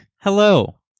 Hello